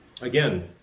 Again